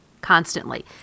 constantly